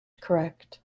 correct